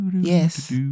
Yes